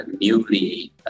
newly